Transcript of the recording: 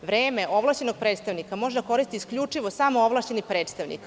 Vreme ovlašćenog predstavnika može da koristi isključivo samo ovlašćeni predstavnik.